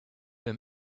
him